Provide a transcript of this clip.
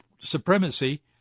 supremacy